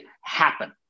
happen